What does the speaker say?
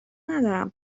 ندارم